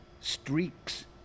streaks